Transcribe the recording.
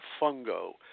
fungo